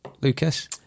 Lucas